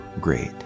Great